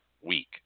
week